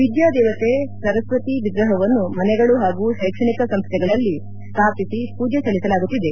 ವಿದ್ಯಾ ದೇವತೆ ಸರಸ್ವತಿ ವಿಗ್ರಹವನ್ನು ಮನೆಗಳು ಹಾಗೂ ಶೈಕ್ಷಣಿಕ ಸಂಸ್ವೆಗಳಲ್ಲಿ ಸ್ವಾಪಿಸಿ ಮೂಜೆ ಸಲ್ಲಿಸಲಾಗುತ್ತಿದೆ